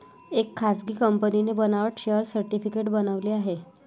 एका खासगी कंपनीने बनावट शेअर सर्टिफिकेट बनवले आहे